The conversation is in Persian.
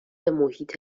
محیط